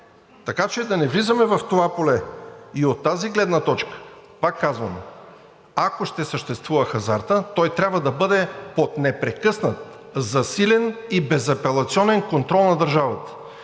Така че да не влизаме в това поле. От тази гледна точка, пак казвам, ако ще съществува хазартът, той трябва да бъде под непрекъснат, засилен и безапелационен контрол на държавата,